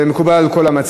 זה מקובל על כל המציעים.